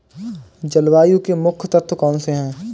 जलवायु के मुख्य तत्व कौनसे हैं?